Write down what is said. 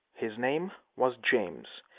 his name was james.